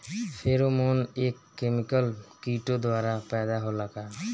Pheromone एक chemical किटो द्वारा पैदा होला का?